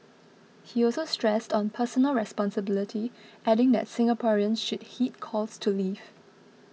he also stressed on personal responsibility adding that Singaporeans should heed calls to leave